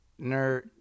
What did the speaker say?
Nerd